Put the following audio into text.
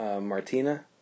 Martina